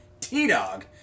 T-Dog